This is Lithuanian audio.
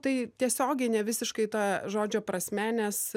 tai tiesiogine visiškai ta žodžio prasme nes